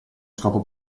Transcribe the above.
scopo